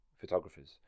photographers